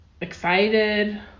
excited